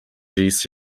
series